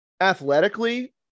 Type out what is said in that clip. athletically